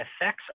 effects